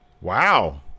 wow